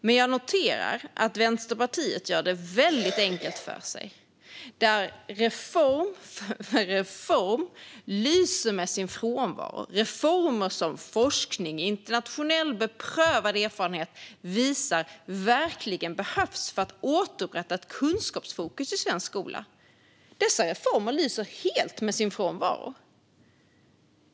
Men jag noterar att Vänsterpartiet gör det väldigt enkelt för sig. Reformer lyser med sin frånvaro - reformer som forskning och internationellt beprövad erfarenhet visar verkligen behövs för att man ska kunna återupprätta ett kunskapsfokus i svensk skola. Dessa reformer lyser helt med sin frånvaro.